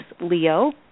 Leo